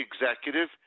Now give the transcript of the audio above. executive